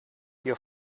your